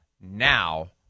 now